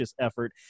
effort